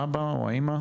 האבא או האמא?